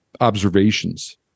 observations